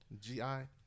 G-I